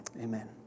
amen